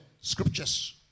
Scriptures